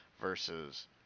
versus